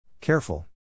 Careful